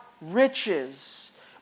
riches